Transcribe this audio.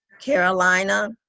Carolina